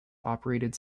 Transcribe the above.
operated